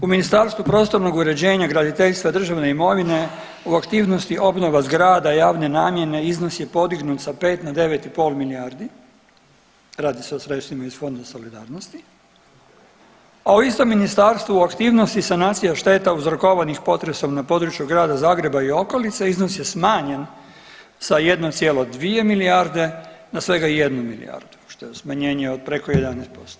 U Ministarstvu prostornog uređenja, graditeljstva, državne imovine u aktivnosti obnova zgrada javne namjene iznos je podignut sa 5 na 9,5 milijardi, radi se o sredstvima iz Fonda solidarnosti, a u istom ministarstvu u aktivnosti sanacija šteta uzrokovanih potresom na području Grada Zagreba i okolice iznos je smanjen sa 1,2 milijarde na svega 1 milijardu što je smanjenje od preko 11%